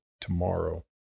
tomorrow